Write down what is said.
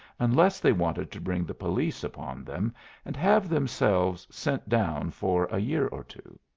unless they wanted to bring the police upon them and have themselves sent down for a year or two.